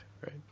right